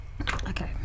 Okay